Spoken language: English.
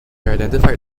identified